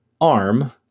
arm